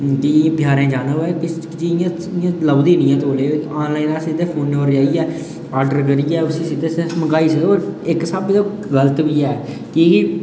कि बजारें जाना होऐ बेसिक चीज इ'यां इ'यां लभदी निं ऐ तोल्लें आनलाइन अस इं'दे फोनै पर जाइयै आडर करियै उस्सी सिद्धे अस मंगाई सकदे होर अस इक स्हाबै ओह् गल्त बी ऐ कि कि